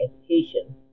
education